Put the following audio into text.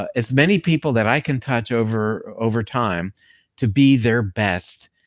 ah as many people that i can touch over over time to be their best.